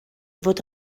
fod